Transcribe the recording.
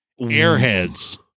airheads